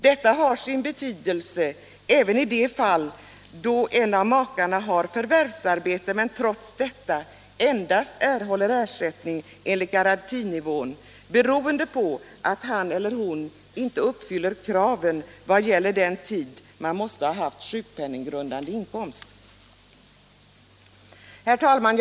Detta har sin betydelse även i de fall då en av makarna har förvärvsarbete men trots detta endast erhåller ersättning enligt garantinivån, beroende på att han eller hon inte uppfyller kraven vad gäller den tid man måste ha haft sjukpenninggrundande inkomst. Herr talman!